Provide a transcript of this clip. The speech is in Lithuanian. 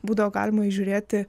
būdavo galima įžiūrėti